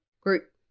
group